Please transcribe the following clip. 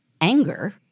anger